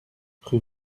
rue